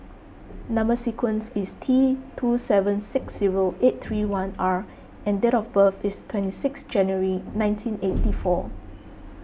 Number Sequence is T two seven six zero eight three one R and date of birth is twenty six January nineteen eight four